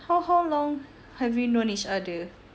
how how long have we known each other